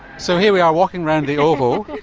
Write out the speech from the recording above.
so here we are walking around the oval,